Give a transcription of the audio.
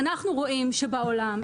אנחנו רואים שבעולם,